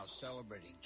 celebrating